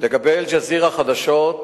לגבי "אל-ג'זירה" חדשות,